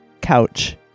couch